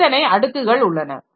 எத்தனை அடுக்குகள் உள்ளன